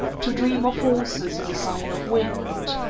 to dream of horses is a sign of wind.